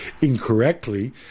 incorrectly